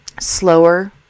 slower